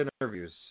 interviews